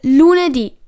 lunedì